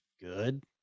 good